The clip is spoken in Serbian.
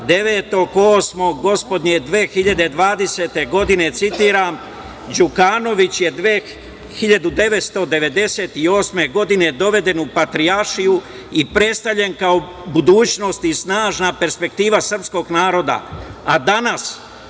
2020. godine, citiram: „Đukanović je 1998. godine doveden u Patrijaršiju i predstavljen kao budućnost i snažna perspektiva srpskog naroda,